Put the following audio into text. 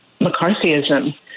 McCarthyism